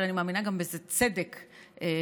אבל אני מאמינה גם באיזה צדק פואטי.